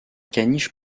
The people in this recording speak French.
caniche